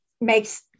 makes